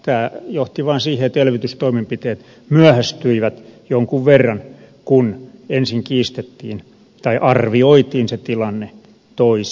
tämä johti vaan siihen että elvytystoimenpiteet myöhästyivät jonkun verran kun ensin kiistettiin tai arvioitiin se tilanne toisin